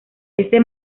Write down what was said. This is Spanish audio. este